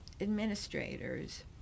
administrators